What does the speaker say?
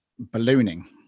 Ballooning